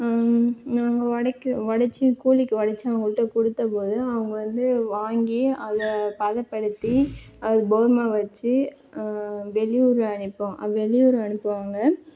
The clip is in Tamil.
ம் நாங்கள் உடைக்க உடைச்சு கூலிக்கு உடைச்சு அவங்கள்ட கொடுத்த போது அவங்கள் வந்து வாங்கி அதைப் பதப்படுத்தி அது கோதுமை வச்சு வெளியூரில் நிப்போம் வெளியூர் அனுப்புவாங்க